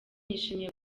nishimiye